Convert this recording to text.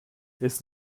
ist